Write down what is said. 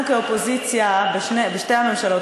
אנחנו, כאופוזיציה בשתי הממשלות,